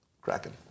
Kraken